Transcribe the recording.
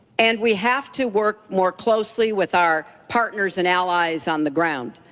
and we have to work more closely with our partners and allies on the ground.